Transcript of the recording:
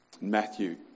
Matthew